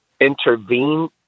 intervene